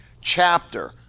chapter